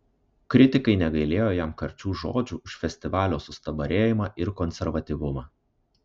kritikai negailėjo jam karčių žodžių už festivalio sustabarėjimą ir konservatyvumą